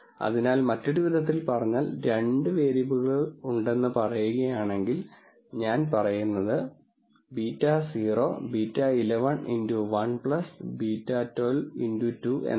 അതിനാൽ മറ്റൊരു വിധത്തിൽ പറഞ്ഞാൽ 2 വേരിയബിളുകൾ ഉണ്ടെന്ന് പറയുകയാണെങ്കിൽ ഞാൻ പറയുന്നത് β0 β11 x1 β12 x2 എന്നാണ്